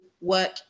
work